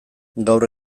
gaur